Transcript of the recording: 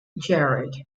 gerard